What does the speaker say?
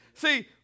See